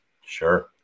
Sure